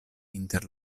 inter